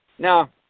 Now